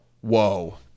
whoa